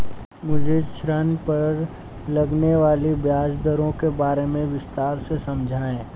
मुझे ऋण पर लगने वाली ब्याज दरों के बारे में विस्तार से समझाएं